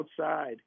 outside